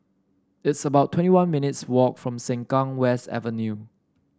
it's about twenty one minutes' walk from Sengkang West Avenue